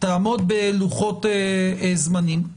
תעמוד בלוחות הזמנים,